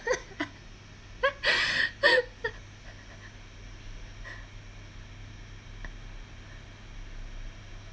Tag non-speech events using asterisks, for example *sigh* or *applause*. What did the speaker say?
*laughs*